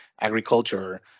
agriculture